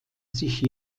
sich